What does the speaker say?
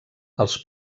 els